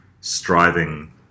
striving